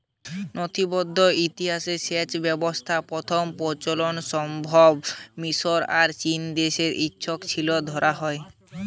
নথিবদ্ধ ইতিহাসে সেচ ব্যবস্থার প্রথম প্রচলন সম্ভবতঃ মিশর আর চীনদেশে হইছিল বলে ধরা হয়